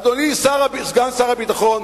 אדוני סגן שר הביטחון,